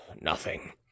Nothing